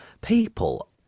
People